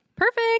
Perfect